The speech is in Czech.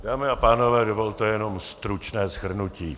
Dámy a pánové, dovolte jenom stručné shrnutí.